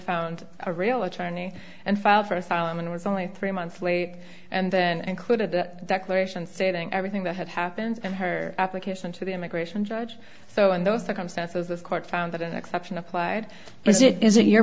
found a real attorney and filed for asylum and was only three months late and then included that declaration saying everything that had happened and her application to the immigration judge so in those circumstances the court found that an exception applied as it is it your